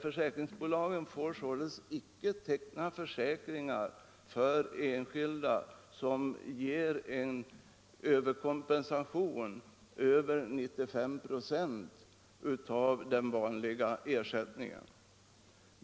Försäkringsbolagen får således icke teckna försäkringar för enskilda som ger kompensation över 95 96 av den vanliga ersättningen.